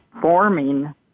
forming